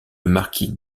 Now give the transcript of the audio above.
marquis